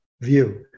view